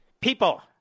people